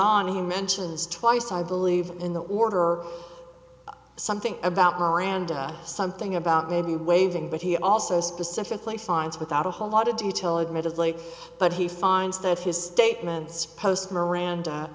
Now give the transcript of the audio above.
on he mentions twice i believe in the order or something about miranda something about maybe waiving but he also specifically signs without a whole lot of detail admittedly but he finds that his statements post